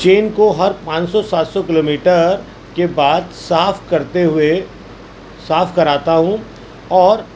چین کو ہر پانچ سو سات سو کلو میٹر کے بعد صاف کرتے ہوئے صاف کراتا ہوں اور